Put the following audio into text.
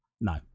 No